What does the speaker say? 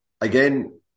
again